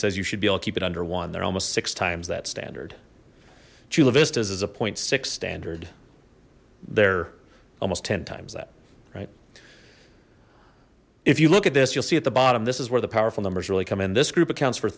says you should be i'll keep it under one there almost six times that standard chula vista is a point six standard they're almost ten times that right if you look at this you'll see at the bottom this is where the powerful numbers really come in this group accounts for